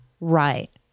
Right